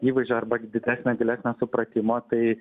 įvaizdžio arba didesnio pilietinio supratimo tai